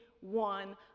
one